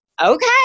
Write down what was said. okay